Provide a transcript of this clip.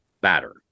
batter